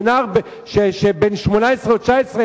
בנער בן 18 או 19,